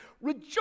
Rejoice